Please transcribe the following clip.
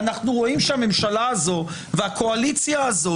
אנחנו רואים שהממשלה הזו והקואליציה הזו,